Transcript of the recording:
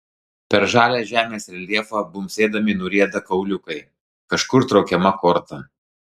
per žalią žemės reljefą bumbsėdami nurieda kauliukai kažkur traukiama korta